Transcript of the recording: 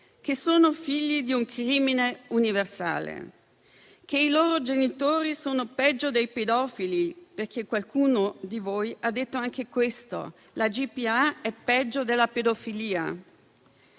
che sono figli di un crimine universale, che i loro genitori sono peggio dei pedofili, perché qualcuno di voi ha detto anche questo: la GPA è peggio della pedofilia.